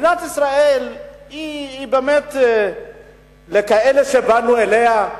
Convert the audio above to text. מדינת ישראל היא באמת לכאלה, באנו אליה,